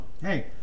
Hey